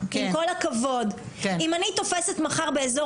עם כל הכבוד אם אני תופסת מחר באזור